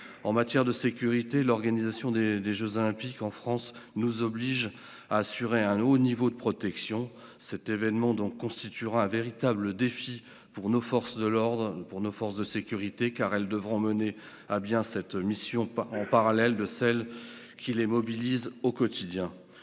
En matière de sécurité, l'organisation des jeux Olympiques en France nous oblige à assurer un haut niveau de protection. Cet événement constituera un véritable défi pour nos forces de sécurité qui devront mener à bien cette mission, en parallèle de celles qui les mobilisent au quotidien.